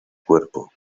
cuerpo